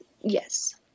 Yes